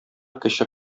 кече